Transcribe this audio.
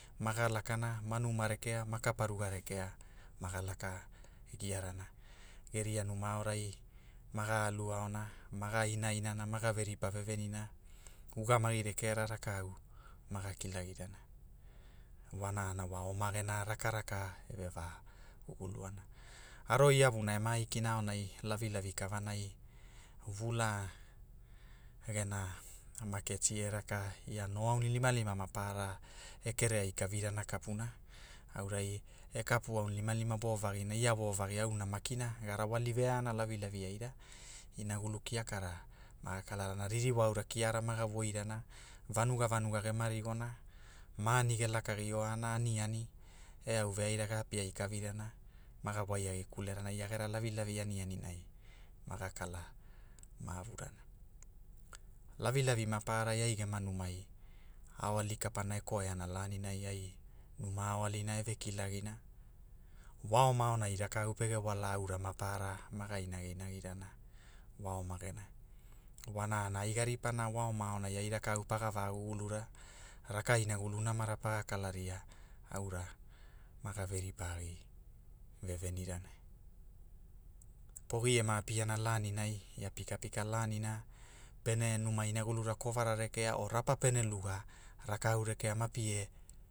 Maga lakana, ma numa rekea, ma kapa ruga rekea, maga laka, glarana geria numa aorai, maga alu aona, ma ga inainana maga veripa vevenina, ugamagi rekea rakau, maga kilagirana, warana wa oma gena raka raka, eve va, guguluana. Avo iavuna ema aikina aonai, lavilavi kavanai, vulaa, gena, maketi e raka, ia no aunilimalima maparara, e kere ai kavirana kapunai, aura, e kapu aunilimalima vovagi na ia vovagi auna makina, ga rawali veana lavilavi aira, inagulu kiakara maa kalarana ririwa aura kiara maga woirana, vanuga vanuga gema rigona, maani ge lakagi oana ani ani e au veaira ga apiai kavirana, maga waiai kulerana ia gera lavilavi anianinai maga kala, mavurana. Lavilavi. mapara ai gema numei, aoali kapana e koiana lanilani ai, numa aoalina e ve kilagina, wa oma aonai rakau pege wala aura mapara maga inagi inagi rana, wa oma gena, wanana ai ga ripana wa oma aonai ai rakau paga va gugulura, raka inagulu namara pagakala ria, aura, maga ve ripagi, vevenirana, pogi ema apiana laninai e pikapika lanina, pene numa inagulura kovara rekea o rapa pene luga, rakau rekea mapie